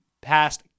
past